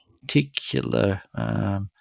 particular